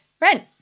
Rent